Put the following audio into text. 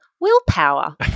willpower